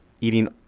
eating